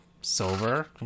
silver